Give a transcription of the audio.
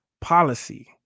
policy